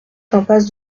impasse